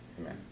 Amen